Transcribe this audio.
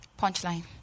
Punchline